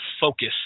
focus